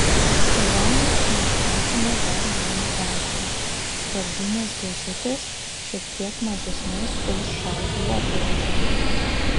kelionmaišyje esama dar vieno daikto skardinės dėžutės šiek tiek mažesnės už šautuvo buožę